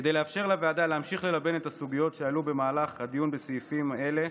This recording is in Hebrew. כדי לאפשר לוועדה להמשיך ללבן את הסוגיות שעלו במהלך הדיון בסעיפים אלה,